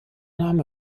name